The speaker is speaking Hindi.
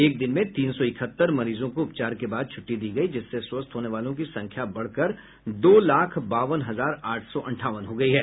एक दिन में तीन सौ इकहत्तर मरीजों को उपचार के बाद छुट्टी दी गई जिससे स्वस्थ होने वालों की संख्या बढ़कर दो लाख बावन हजार आठ सौ अठावन हो गई है